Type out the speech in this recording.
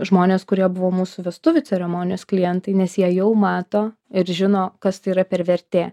žmonės kurie buvo mūsų vestuvių ceremonijos klientai nes jie jau mato ir žino kas tai yra per vertė